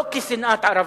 לא כשנאת ערבים.